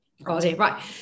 Right